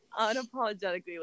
Unapologetically